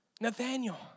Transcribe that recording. Nathaniel